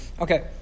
Okay